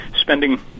spending